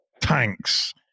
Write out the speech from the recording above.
tanks